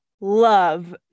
love